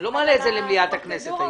אני לא מעלה את זה למליאת הכנסת היום.